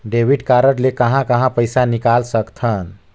Debit card ले कहां कहां पइसा निकाल सकथन?